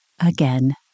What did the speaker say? again